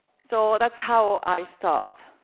so, that's how i start,